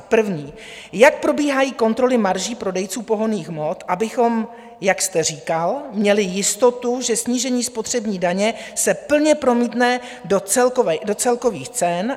První: Jak probíhají kontroly marží prodejců pohonných hmot, abychom, jak jste říkal, měli jistotu, že snížení spotřební daně se plně promítne do celkových cen?